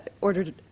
ordered